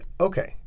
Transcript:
okay